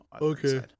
Okay